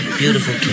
beautiful